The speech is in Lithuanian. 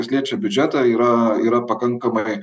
kas liečia biudžetą yra yra pakankamai